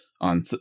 on